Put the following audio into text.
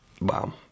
Wow